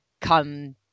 come